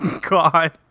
God